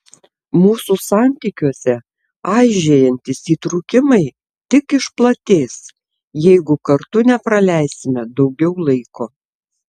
mūsų santykiuose aižėjantys įtrūkimai tik išplatės jeigu kartu nepraleisime daugiau laiko